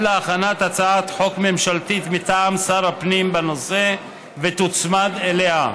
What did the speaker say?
להכנת הצעת חוק ממשלתית מטעם שר הפנים בנושא ותוצמד אליה.